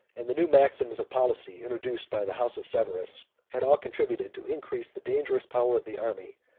and the new maxims of policy introduced by the house of severus, had all contributed to increase the dangerous power of the army,